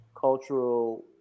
cultural